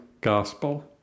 gospel